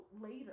later